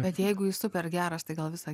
bet jeigu jis super geras tai gal visą